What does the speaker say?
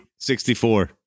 64